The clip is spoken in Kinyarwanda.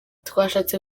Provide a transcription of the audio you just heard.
twashatse